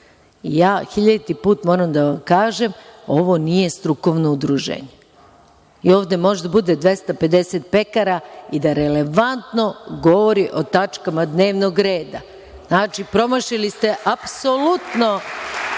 Ja hiljaditi put moram da vam kažem, ovo nije strukovno udruženje. Ovde može da bude 250 pekara i da relevantno govori o tačkama dnevnog reda. Znači promašili ste apsolutno